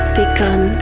begun